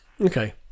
Okay